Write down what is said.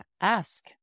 ask